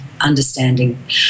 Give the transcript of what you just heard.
understanding